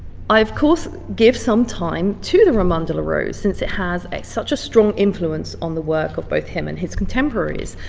i of course give some time to the roman de la rose, since it has a such a strong influence on the work of both him and his contemporaries.